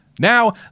Now